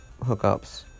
hookups